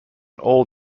all